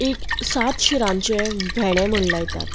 एक सात शिरांचें भेणे म्हूण लायतात